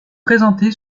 présentée